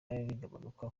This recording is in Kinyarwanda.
bigabanuka